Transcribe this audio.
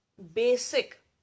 basic